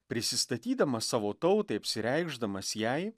prisistatydamas savo tautai apsireikšdamas jai